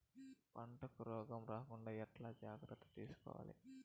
పంటకు రోగం రాకుండా ఎట్లా జాగ్రత్తలు తీసుకోవాలి?